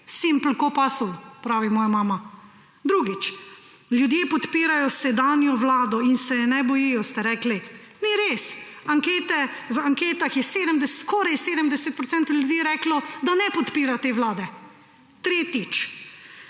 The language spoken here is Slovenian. Simple kot pasulj pravi moja mama. Drugič, ljudje podpirajo sedanjo vlado in se je ne bojijo, ste rekli. Ni res. V anketah je skoraj 70 % ljudi reklo, da ne podpira te vlade. Tretjič,